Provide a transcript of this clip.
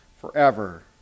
forever